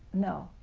no.